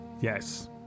Yes